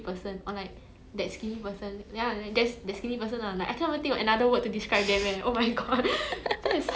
so it's like it's like how 惨 their life is sia okay it's not say 惨 lah but you get what I mean ya